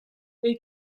they